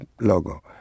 logo